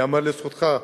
יאמר לזכותך,